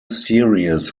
series